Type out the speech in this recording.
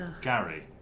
Gary